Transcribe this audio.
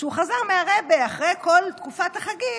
וכשהוא חזר מהרעבע אחרי כל תקופת החגים,